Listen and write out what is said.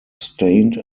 stained